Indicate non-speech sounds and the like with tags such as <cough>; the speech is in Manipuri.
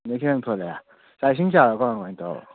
<unintelligible> ꯊꯣꯛꯂꯛꯑꯦ ꯆꯥꯛ ꯏꯁꯤꯡ ꯆꯥꯔꯕꯣ ꯀꯃꯥꯏ ꯀꯃꯥꯏ ꯇꯧꯔꯕ